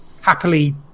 happily